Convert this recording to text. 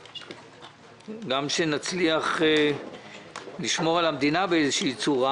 וגם שנצליח לשמור על המדינה באיזו צורה,